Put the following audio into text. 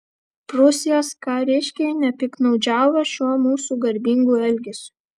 prūsijos kariškiai nepiktnaudžiavo šiuo mūsų garbingu elgesiu